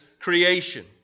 creation